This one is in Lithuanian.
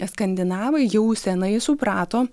skandinavai jau senai suprato